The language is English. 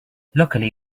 luckily